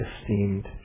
esteemed